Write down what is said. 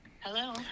Hello